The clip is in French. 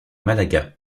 malaga